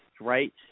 right